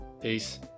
Peace